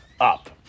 up